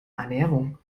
ernährung